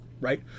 right